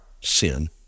sin